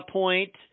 point